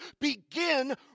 begin